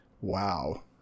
wow